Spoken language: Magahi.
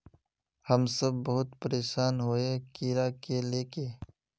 हम सब बहुत परेशान हिये कीड़ा के ले के?